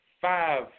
five